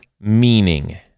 meaning